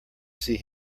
see